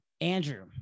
Andrew